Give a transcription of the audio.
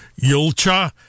Yulcha